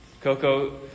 coco